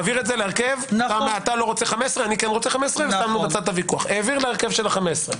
מעביר את זה להרכב אתה לא רוצה 15. אני כן רוצה 15. העביר להרכב של ה-15.